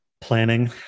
planning